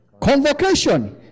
convocation